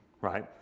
right